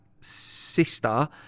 sister